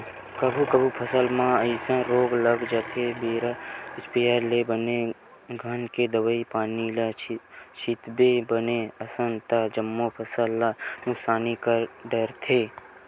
कभू कभू फसल म अइसन रोग लग जाथे बेरा म इस्पेयर ले बने घन के दवई पानी नइ छितबे बने असन ता जम्मो फसल ल नुकसानी कर डरथे